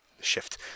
shift